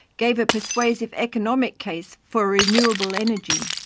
gave a persuasive economic case for renewable energy.